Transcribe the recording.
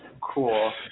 Cool